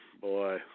Boy